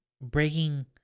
Breaking